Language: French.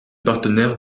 partenaires